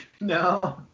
No